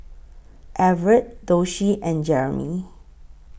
Everett Doshie and Jeramie